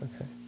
okay